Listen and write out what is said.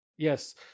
Yes